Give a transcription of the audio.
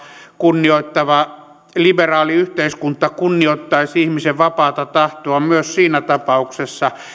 kunnioittava liberaali yhteiskunta kunnioittaisi ihmisen vapaata tahtoa myös siinä tapauksessa